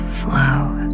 flows